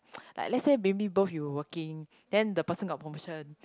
like let's say maybe both of you were working then the person got promotion